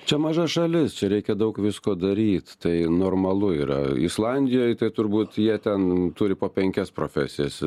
čia maža šalis čia reikia daug visko daryt tai normalu yra islandijoj tai turbūt jie ten turi po penkias profesijas